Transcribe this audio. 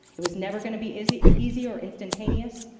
it was never going to be easy easy or instantaneous,